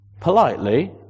politely